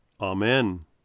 Amen